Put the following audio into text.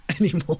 anymore